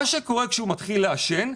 מה שקורה כשהוא מתחיל לעשן,